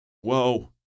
whoa